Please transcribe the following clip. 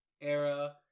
era